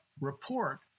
report